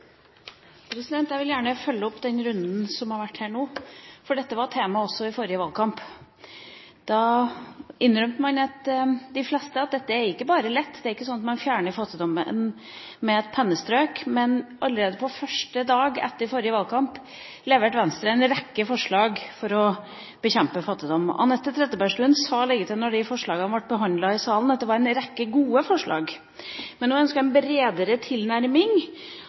Jeg vil gjerne følge opp den runden som har vært her nå, for dette var tema også i forrige valgkamp. Da innrømte de fleste at dette er ikke bare lett, det er ikke sånn at man bare fjerner fattigdommen med et pennestrøk. Allerede første dag etter forrige valgkamp leverte Venstre en rekke forslag for å bekjempe fattigdom. Anette Trettebergstuen sa da de forslagene ble behandlet i salen, at det var en rekke gode forslag. Men hun ønsket en bredere tilnærming